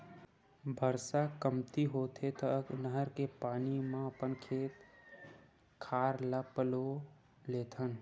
बरसा कमती होथे त नहर के पानी म अपन खेत खार ल पलो लेथन